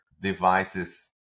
devices